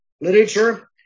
Literature